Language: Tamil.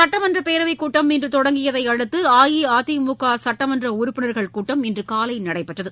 சட்டமன்ற பேரவைக் கூட்டம் இன்று தொடங்கியதையடுத்து அஇஅதிமுக சுட்டமன்ற உறுப்பினர்கள் கூட்டம் இன்று காலை நடைபெற்றது